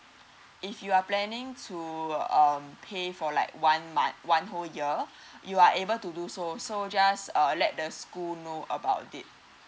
if you are planning to um pay for like one month one whole year you are able to do so so just uh let the school know about it